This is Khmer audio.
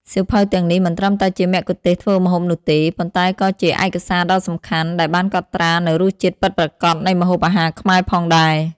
សៀវភៅទាំងនេះមិនត្រឹមតែជាមគ្គុទ្ទេសក៍ធ្វើម្ហូបនោះទេ ប៉ុន្តែក៏ជាឯកសារដ៏សំខាន់ដែលបានកត់ត្រានូវរសជាតិពិតប្រាកដនៃម្ហូបអាហារខ្មែរផងដែរ។